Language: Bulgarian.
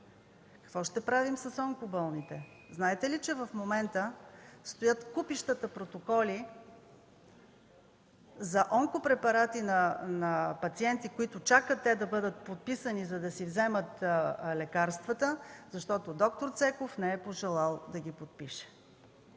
Какво ще правим с онкоболните? Знаете ли, че в момента стоят купищата протоколи за онкопрепарати на пациенти, които чакат да бъдат подписани, за да си вземат лекарствата, защото д-р Цеков не е пожелал да ги подпише.